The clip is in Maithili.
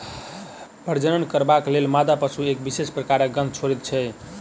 प्रजनन करबाक लेल मादा पशु एक विशेष प्रकारक गंध छोड़ैत छै